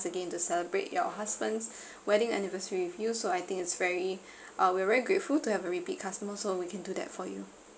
again to celebrate your husband's wedding anniversary with you so I think it's very uh we're very grateful to have a repeat customer so we can do that for you